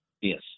yes